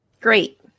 Great